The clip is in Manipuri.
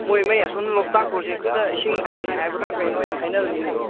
ꯃꯣꯏ ꯃꯩ ꯑꯁꯣꯝ ꯂꯣꯛꯇꯥꯛ ꯄ꯭ꯔꯣꯖꯦꯛꯇꯨꯗ ꯏꯁꯤꯡ ꯀꯪꯉꯦ ꯍꯥꯏꯕ꯭ꯔꯥ ꯀꯔꯤꯅꯣ ꯌꯥꯝ ꯍꯥꯏꯅꯕꯅꯤꯅꯦ